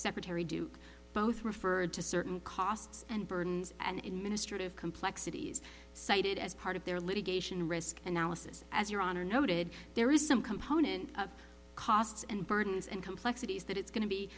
secretary do both referred to certain costs and burdens and ministered of complexities cited as part of their litigation risk analysis as your honor noted there is some component of costs and burdens and complexities that it's going to be